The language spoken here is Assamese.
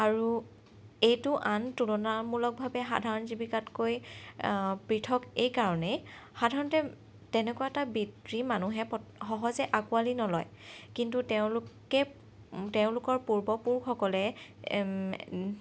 আৰু এইটো আন তুলনামূলকভাৱে সাধাৰণ জীৱিকাতকৈ পৃথক এইকাৰণেই সাধাৰণতে তেনেকুৱা এটা বৃত্তি মানুহে পট সহজে আঁকোৱালি নলয় কিন্তু তেওঁলোকে তেওঁলোকৰ পূৰ্বপুৰুষসকলে